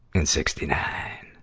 and sixty nine.